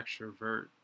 extrovert